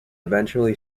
eventually